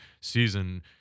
season